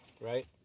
Right